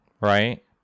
right